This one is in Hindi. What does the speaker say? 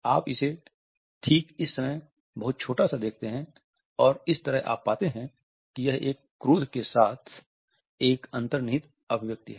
आप इसे ठीक इस समय बहुत छोटा सा देखते हैं और इस तरह आप पाते हैं कि यह क्रोध के साथ एक अन्तर्निहित अभिव्यक्ति है